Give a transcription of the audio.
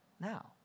now